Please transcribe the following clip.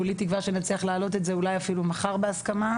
כולי תקווה שנצליח להעלות את זה אולי אפילו מחר בהסכמה,